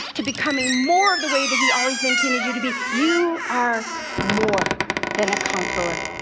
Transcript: to becoming more of the way that he always intended you to be, you are more than a conqueror.